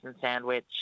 sandwich